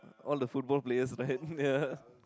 all the football players right ya